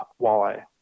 walleye